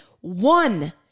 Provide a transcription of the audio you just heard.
one